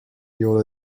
you’ll